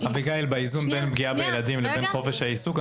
--- באיזון בין פגיעה בילדים לבין חופש העיסוק,